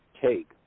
take